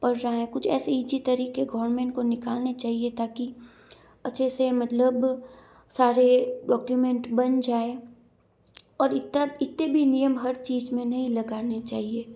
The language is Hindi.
पढ़ रहा है कुछ ऐसी इजी तरीके गवर्नमेंट को निकालने चाहिए ताकि अच्छे से मतलब सारे डॉक्यूमेंट बन जाए और इतने भी नियम हर चीज में नहीं लगाने चाहिए